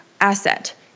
asset